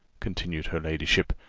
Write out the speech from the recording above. continued her ladyship,